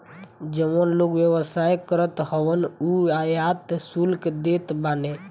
जवन लोग व्यवसाय करत हवन उ आयात शुल्क देत बाने